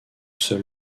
seul